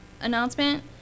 announcement